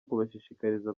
kubashishikariza